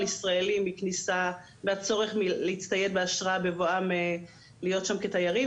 ישראלים מהצורך להצטייד באשרה בבואם להיות שם כתיירים,